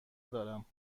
دارم